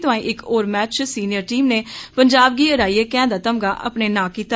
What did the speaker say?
तोआईं इक होर मैच च सीनियर टीम नै पंजाब गी हराइयै कैंह दा तगमा अपने नांऽ कीता